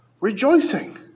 Rejoicing